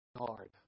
hard